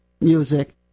music